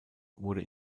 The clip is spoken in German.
wurde